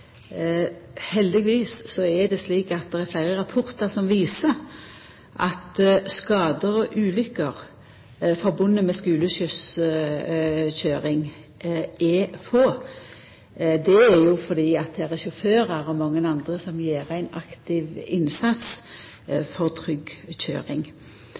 Heldigvis er det slik at det er fleire rapportar som viser at det er få skadar og ulykker knytte til kjøring av skulebuss. Det er fordi det er fleire sjåførar og mange andre som gjer ein aktiv innsats